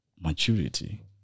maturity